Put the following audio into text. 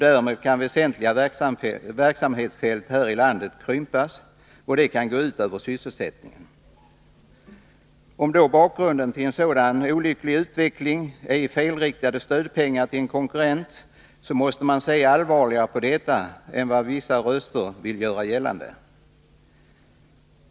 Därmed kan väsentliga verksamhetsfält här i landet krympas, vilket kan gå ut över sysselsättningen. Om då bakgrunden till en sådan olycklig utveckling är felriktade stödpengar till en konkurrent, så måste man se allvarligare på detta än vad vissa röster vill göra gällande.